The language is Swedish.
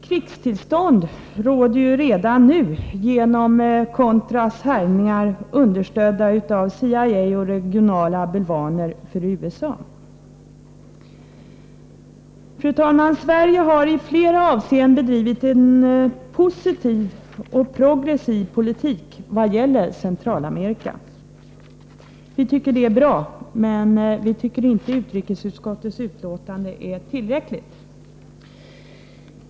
Krigstillstånd råder ju redan nu genom ”contras” härjningar, understödda av CIA och regionala bulvaner för USA. Fru talman! Sverige har i flera avseenden fört en positiv och progressiv politik vad gäller Centralamerika. Vi tycker det är bra. Men vi tycker inte utrikesutskottets betänkande är tillräckligt.